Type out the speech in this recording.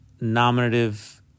nominative